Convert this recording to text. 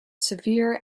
severe